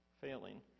failing